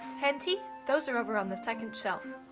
henty? those are over on the second shelf.